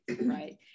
right